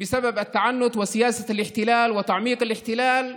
בגלל העקשנות ומדיניות הכיבוש והעמקת הכיבוש והסיפוח.